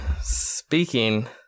Speaking